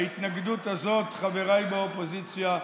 ההתנגדות הזאת, חבריי באופוזיציה,